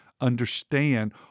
understand